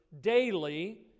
daily